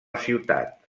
ciutat